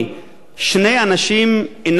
שני אנשים אינם מספקים,